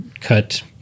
cut